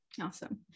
Awesome